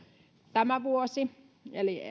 tämä vuosi eli